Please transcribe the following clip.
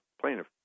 plaintiff